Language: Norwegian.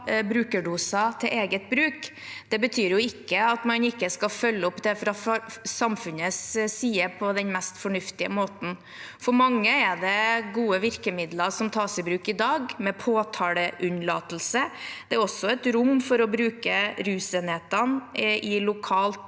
brukerdoser til eget bruk, betyr jo ikke at man ikke skal følge opp dette fra samfunnets side på den mest fornuftige måten. For mange er det gode virkemidler som tas i bruk i dag, med påtaleunnlatelse. Det er også et rom for å bruke rusenhetene i lokalt